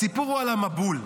הסיפור הוא על המבול.